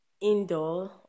indoor